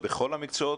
בכל המקצועות?